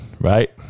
right